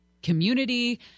community